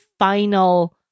final